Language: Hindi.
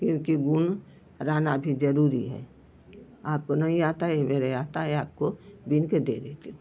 क्योंकि गुण रहना भी ज़रूरी है आपको नहीं आता है इहे बरे आता है आपको बुनकर दे देती हूँ